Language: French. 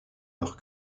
leur